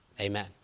Amen